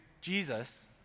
Jesus